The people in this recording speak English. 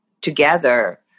together